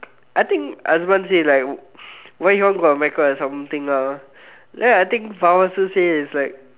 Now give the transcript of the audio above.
I think Asman say like why you want go America or something lah then I think that Fawaz also say it's like